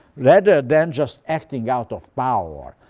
rather than just acting out of power.